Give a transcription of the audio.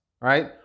right